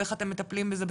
ואיך אתם מטפלים בזה בשטח?